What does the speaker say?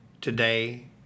today